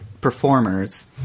Performers